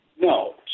No